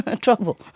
trouble